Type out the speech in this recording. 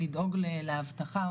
לדאוג לאבטחה,